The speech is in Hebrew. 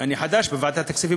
אני חדש בוועדת הכספים,